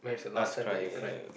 last cry